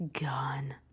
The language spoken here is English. gone